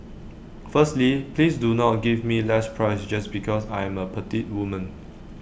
firstly please do not give me less price just because I am A petite woman